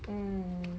mm